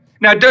Now